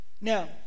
Now